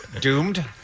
Doomed